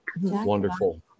Wonderful